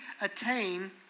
attain